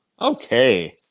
Okay